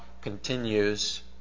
continues